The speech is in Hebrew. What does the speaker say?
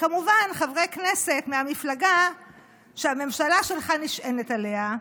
וכמובן חברי כנסת מהמפלגה שהממשלה שלך נשענת עליה,